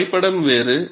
எனவே வரைபடம் வேறு